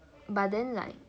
but then like